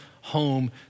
home